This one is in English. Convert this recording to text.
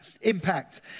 impact